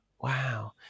Wow